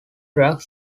drug